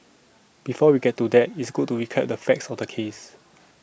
before we get to that it's good to recap the facts of the case